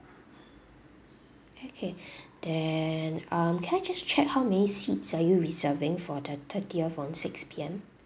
okay then um can I just check how may seats are you reserving for the thirtieth on six P_M